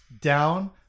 down